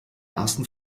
ersten